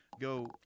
Go